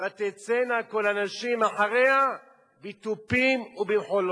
ותצאנה כל הנשים אחריה בתופים ובמחולות,